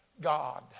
God